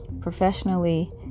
professionally